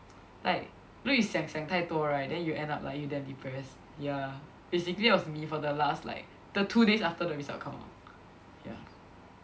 like you know you 想想太多 right then you end up like you damn depressed ya basically that was me for the last like the two days after the result come out ya